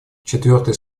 четвертой